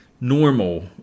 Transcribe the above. normal